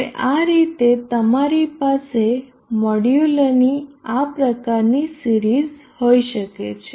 હવે આ રીતે તમારી પાસે મોડ્યુલોની આ પ્રકારની સિરીઝ હોઈ શકે છે